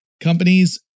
Companies